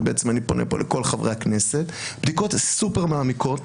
ובעצם אני פונה אל כל חברי הכנסת בדיקות סופר מעמיקות,